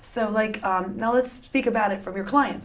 so like now let's speak about it from your client